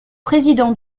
président